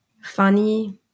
funny